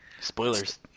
Spoilers